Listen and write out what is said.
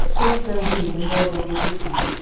if so be the lord will be with me,